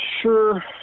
sure